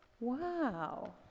wow